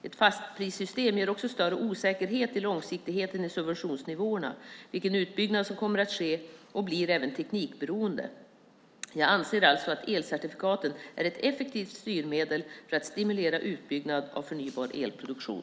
Ett fastprissystem ger också större osäkerheter vad gäller långsiktigheten i subventionsnivåerna och vilken utbyggnad som kommer att ske och blir även teknikberoende. Jag anser alltså att elcertifikaten är ett effektivt styrmedel för att stimulera utbyggnad av förnybar elproduktion.